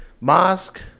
Mosque